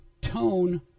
tone